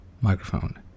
microphone